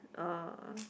uh